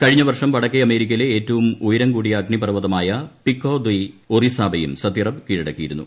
കഴിഞ്ഞ വർഷം വടക്കേ അമേരിക്കയിലെ ഏറ്റവും ഉയരം കൂടിയ അഗ്നിപർവ്വതമായ പിക്കോ ദി ഒറിസാബയും സത്യറപ് കീഴടക്കിയിരുന്നു